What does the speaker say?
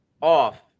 off